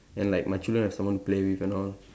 and like my children have someone to play with and all